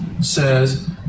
says